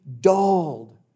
dulled